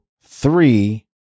three